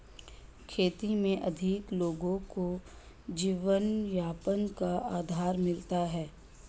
खेती में अधिक लोगों को जीवनयापन का आधार मिलता है